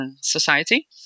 society